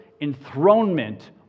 enthronement